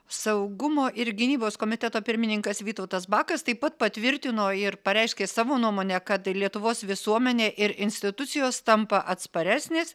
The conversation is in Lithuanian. saugumo ir gynybos komiteto pirmininkas vytautas bakas taip pat patvirtino ir pareiškė savo nuomonę kad lietuvos visuomenė ir institucijos tampa atsparesnės